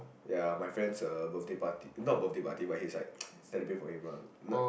ya my friends uh birthday party not birthday part but he's like celebrate for him ah